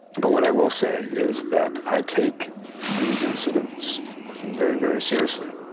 but what i will say is that i take these incidents very, very seriously.